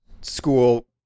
school